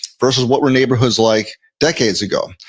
versus, what were neighborhoods like decades ago?